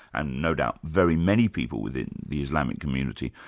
and no doubt very many people within the islamic community,